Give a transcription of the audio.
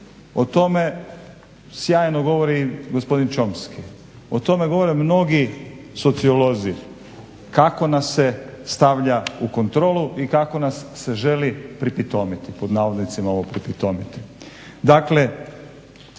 O tome sjajno govori i gospodin Chomsky, o tome govore mnogi sociolozi kako nas se stavlja u kontrolu i kako nas se želi "pripitomiti", pod navodnicima ovo pripitomiti.